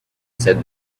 said